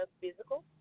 physical